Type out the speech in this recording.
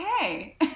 Okay